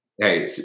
Hey